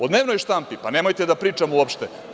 O dnevnoj štampi, pa nemojte da pričamo uopšte.